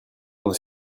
moi